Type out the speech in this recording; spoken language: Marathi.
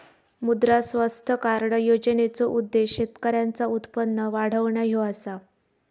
मुद्रा स्वास्थ्य कार्ड योजनेचो उद्देश्य शेतकऱ्यांचा उत्पन्न वाढवणा ह्यो असा